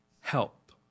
help